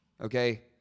Okay